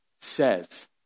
says